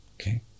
Okay